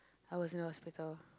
I was in the hospital